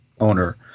Owner